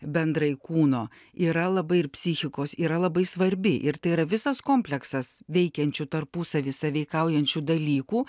bendrai kūno yra labai ir psichikos yra labai svarbi ir tai yra visas kompleksas veikiančių tarpusavy sąveikaujančių dalykų